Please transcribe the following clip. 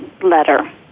letter